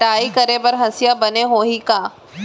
हाथ ले कटाई करे बर हसिया बने होही का?